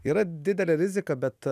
yra didelė rizika bet